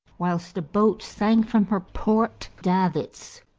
whilst a boat sank from her port davits,